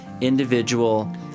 individual